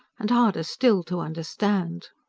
and harder still to understand.